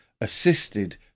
assisted